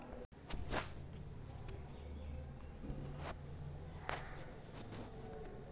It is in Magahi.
हम सब ऑनलाइन खाता खोल सके है?